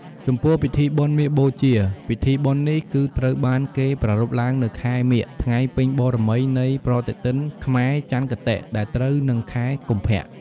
ចំពោះពិធីបុណ្យមាឃបូជា ពិធីបុណ្យនេះគឺត្រូវបានគេប្រារព្ធឡើងនៅខែមាឃ ថ្ងៃពេញបូរមីនៃប្រតិទិនខ្មែរច័ន្ទគតិដែរត្រូវនឹងខែកុម្ភៈ ។